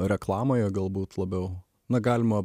reklamoje galbūt labiau na galima